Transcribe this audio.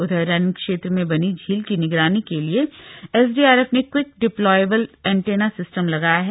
उधर रैणी क्षेत्र में बनी झील की निगरानी के लिए एसडीआरएफ ने क्विक डिप्लॉयेबल एंटेना सिस्टम लगाया है